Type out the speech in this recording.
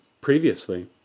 previously